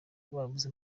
babuze